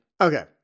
Okay